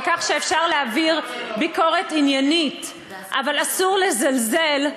על כך שאפשר להעביר ביקורת עניינית אבל אסור לזלזל.